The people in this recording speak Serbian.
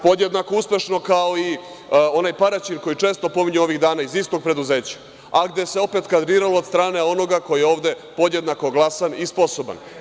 Podjednako uspešno kao i onaj Paraćin, koji često pominju ovih dana iz istog preduzeća, a gde se opet kadriralo od strane onoga koji je ovde podjednako glasan i sposoban.